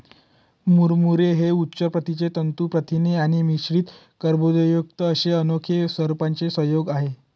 मुरमुरे हे उच्च प्रतीचे तंतू प्रथिने आणि मिश्रित कर्बोदकेयुक्त अशा अनोख्या स्वरूपाचे संयोग आहे